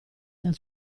dal